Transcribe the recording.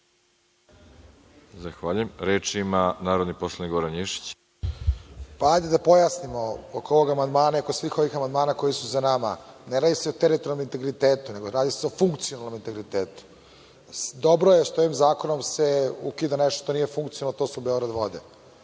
Arsić** Reč ima narodni poslanik Goran Ješić. **Goran Ješić** Da pojasnimo oko ovog amandmana, oko svih ovih amandmana koji su za nama. Ne radi se o teritorijalnom integritetu, nego radi se o funkcionalnom integritetu. Dobro je što se ovim zakonom ukida nešto što nije funkcionalno, to su Beograd vode